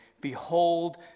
Behold